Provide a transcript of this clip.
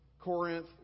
Corinth